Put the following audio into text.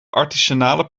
artisanale